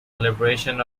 liberation